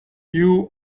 you